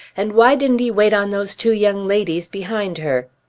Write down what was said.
and why didn't he wait on those two young ladies behind her?